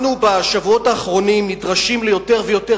בשבועות האחרונים אנחנו נדרשים ליותר ויותר